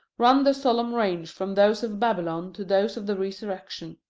run the solemn range from those of babylon to those of the resurrection.